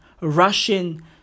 Russian